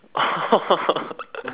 oh